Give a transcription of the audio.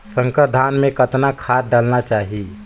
संकर धान मे कतना खाद डालना चाही?